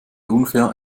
unfair